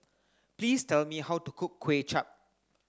please tell me how to cook Kuay Chap